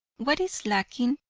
what is lacking?